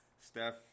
Steph